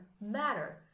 matter